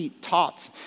taught